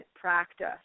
practice